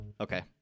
Okay